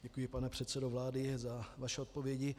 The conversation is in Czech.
Děkuji, pane předsedo vlády, za vaše odpovědi.